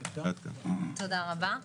תודה רבה.